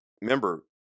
remember